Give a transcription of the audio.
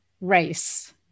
race